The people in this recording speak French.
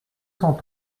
cent